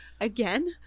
Again